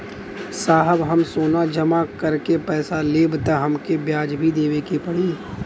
साहब हम सोना जमा करके पैसा लेब त हमके ब्याज भी देवे के पड़ी?